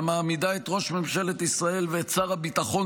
המעמידה את ראש ממשלת ישראל ואת שר הביטחון